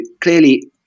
clearly